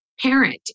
parent